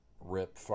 Rip